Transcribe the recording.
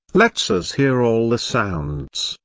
lets us hear all the sounds,